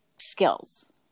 skills